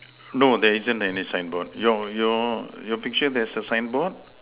no there isn't any sign board your your your picture there is a signboard